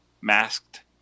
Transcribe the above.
masked